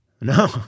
No